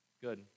Good